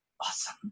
awesome